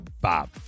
Bob